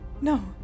No